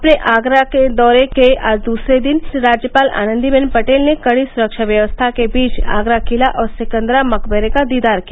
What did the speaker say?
अपने दौरे के दूसरे दिन आज राज्यपाल आनंदी बेन पटेल ने कड़ी सुरक्षा व्यवस्था के बीच आगरा किला और सिकंदरा मकबरे का दीदार किया